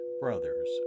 brothers